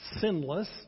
sinless